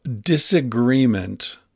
disagreement